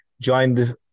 joined